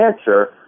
answer